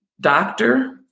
doctor